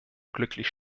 glücklich